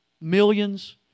millions